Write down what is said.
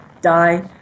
die